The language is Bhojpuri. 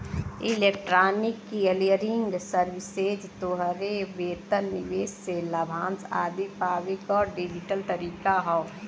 इलेक्ट्रॉनिक क्लियरिंग सर्विसेज तोहरे वेतन, निवेश से लाभांश आदि पावे क डिजिटल तरीका हौ